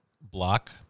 block